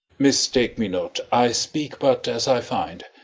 mistake me not i speak but as i find.